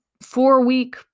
four-week